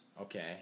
Okay